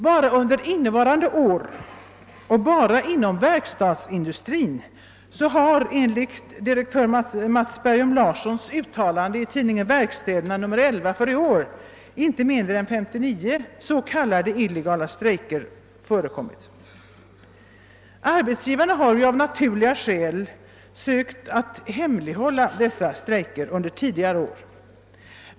Bara under innevarande år och enbart inom verkstadsindustrin har enligt direktör Mats Bergom Larssons uttalande i tidningen Verkstäder nr 11 år 1970 inte mindre än 59 s.k. illegala strejker förekommit. Arbetsgivarna har av naturliga skäl sökt att hemlighålla dessa strejker under tidigare år.